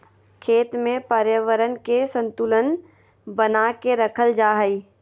खेत में पर्यावरण के संतुलन बना के रखल जा हइ